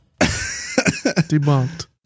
Debunked